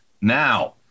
Now